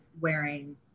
wearing